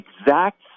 exact